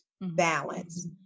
balance